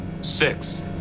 Six